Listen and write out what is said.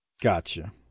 Gotcha